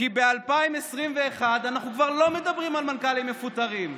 כי ב-2021 אנחנו כבר לא מדברים על מנכ"לים מפוטרים.